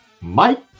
Mike